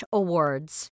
awards